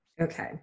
Okay